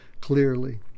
clearly